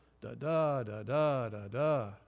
da-da-da-da-da-da